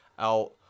out